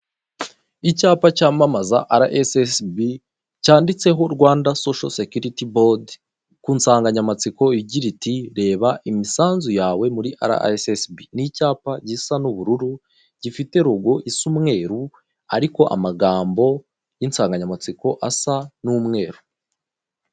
Icyapa cyamamaza ara esesibi cyanditseho Rwanda sosho sekiriti bodi ku isanganyamatsiko igira iti :'' Reba imisanzu yawe muri ara esesibi.'' Ni icyapa gisa n'ubururu gifite rogo isa umweru ariko amagambo y'insanganyamatsiko asa n'umweru.